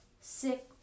sick